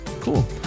Cool